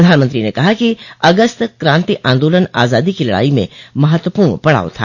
प्रधानमंत्री ने कहा कि अगस्त क्रांति आंदोलन आजादी की लड़ाई में महत्वपूर्ण पड़ाव था